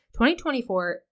2024